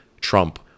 Trump